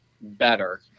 better